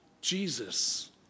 Jesus